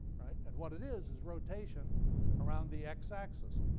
right? and what it is, is rotation around the x axis.